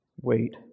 Wait